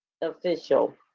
official